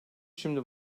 şimdi